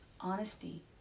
Honesty